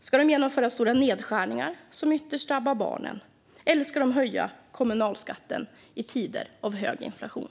Ska de genomföra stora nedskärningar, som ytterst drabbar barnen, eller ska de höja kommunalskatten i tider av hög inflation?